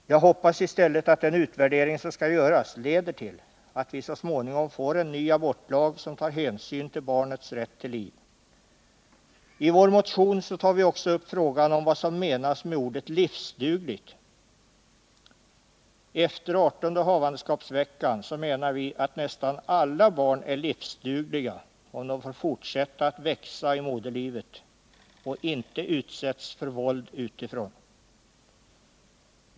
Jag hoppas i stället att den utvärdering som skall göras leder till att vi så småningom får en ny abortlag som tar hänsyn till barnets rätt till liv. I vår motion tar vi också upp frågan om vad som menas med ordet ”livsduglighet”. Vi menar att efter den 18:e havandeskapsveckan är nästan alla barn livsdugliga om de får fortsätta att växa i moderlivet och inte utsätts för våld utifrån.